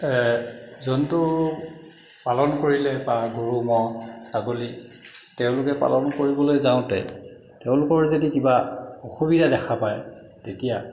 জন্তু পালন কৰিলে বা গৰু মহ ছাগলী তেওঁলোকে পালন কৰিবলৈ যাওঁতে তেওঁলোকৰ যদি কিবা অসুবিধা দেখা পায় তেতিয়া